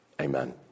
Amen